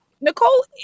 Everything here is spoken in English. nicole